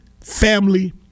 family